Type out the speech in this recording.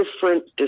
Different